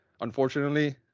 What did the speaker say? unfortunately